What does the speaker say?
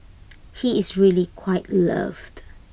he is really quite loved